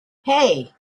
hey